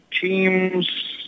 team's –